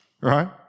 Right